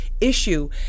issue